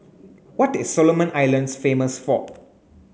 what is Solomon Islands famous for